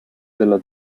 della